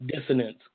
dissonance